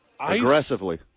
Aggressively